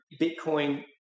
Bitcoin